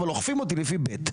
אבל אוכפים אותי לפי ב'.